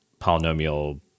polynomial